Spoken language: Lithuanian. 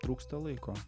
trūksta laiko